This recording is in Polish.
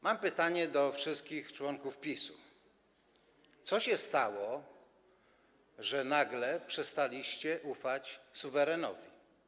Mam pytanie do wszystkich członków PiS-u: Co się stało, że nagle przestaliście ufać suwerenowi?